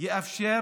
יאפשר